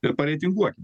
ir pareitinguokim